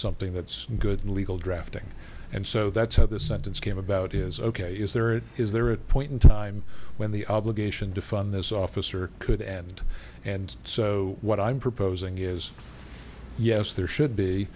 something that's good legal drafting and so that's how the sentence came about is ok is there or is there a point in time when the obligation to fund this officer could end and so what i'm proposing is yes there should be